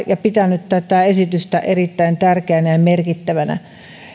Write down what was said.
ja pitänyt tätä erittäin tärkeänä ja merkittävänä